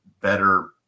better